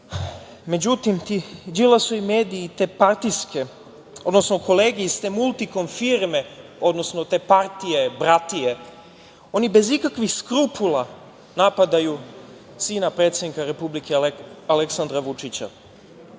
Međutim, ti Đilasovi mediji i te partijske, odnosno kolege iz te „Multikom firme“, odnosno te partije bratije, oni bez ikakvih skrupula napadaju sina predsednika Republike, Aleksandra Vučića